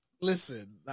Listen